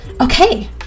Okay